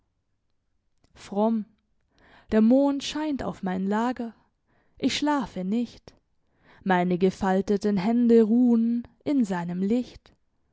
fromm der mond scheint auf mein lager ich schlafe nicht meine gefalteten hände ruhen in seinem licht